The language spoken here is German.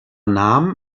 nahm